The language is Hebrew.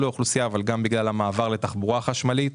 האוכלוסייה ובגלל המעבר לתחבורה חשמלית.